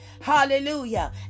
Hallelujah